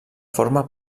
forma